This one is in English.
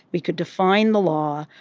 we could define the law.